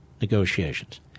negotiations